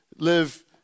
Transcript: live